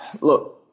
look